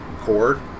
Cord